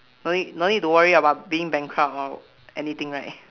no need no need to worry about being bankrupt or anything right